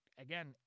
Again